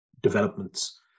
developments